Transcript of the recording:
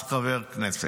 אז חבר כנסת?